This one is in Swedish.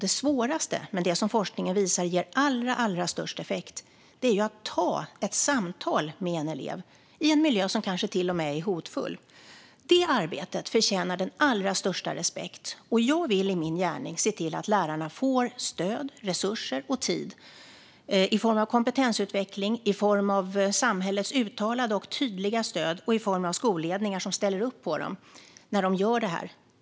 Det svåraste, men det som forskningen visar ger allra störst effekt, är att ta ett samtal med en elev i en miljö som kanske till och med är hotfull. Detta arbete förtjänar den allra största respekt. Jag vill i min gärning se till att lärarna får stöd, resurser och tid i form av kompetensutveckling, i form av samhällets uttalade och tydliga stöd och i form av skolledningar som ställer upp på dem när de gör det här.